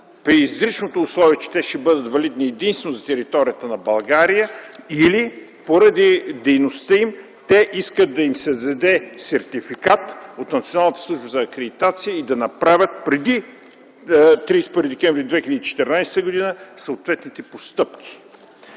при изричното условие, че те ще бъдат валидни единствено за територията на България или поради дейността им те искат да им се издаде сертификат от Националната служба за акредитация и да направят преди 31 декември 2014 г. съответните постъпки.